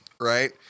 right